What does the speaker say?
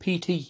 PT